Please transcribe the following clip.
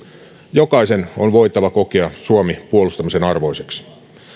jokaisen on voitava kokea suomi puolustamisen arvoiseksi